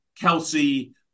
Kelsey